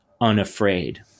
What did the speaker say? unafraid